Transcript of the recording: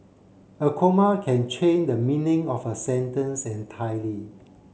a comma can change the meaning of a sentence entirely